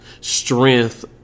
strength